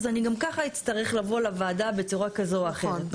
אז אני גם ככה אצטרך לבוא לוועדה בצורה כזו או אחרת.